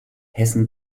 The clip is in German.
hessen